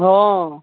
हॅं